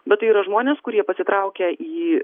bet tai yra žmonės kurie pasitraukia į